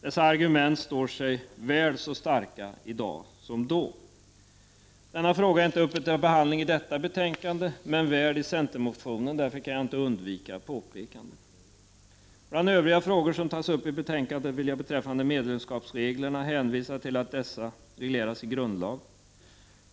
Dessa argument står sig väl så starka i dag som då. Denna fråga är inte uppe till behandling i detta betänkande men väl i centermotionen, därför kan jag inte undvika påpekandet. Bland övriga frågor som har tagits upp i betänkandet vill jag beträffande medlemskapsreglerna hänvisa till att dessa regleras i grundlag.